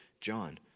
John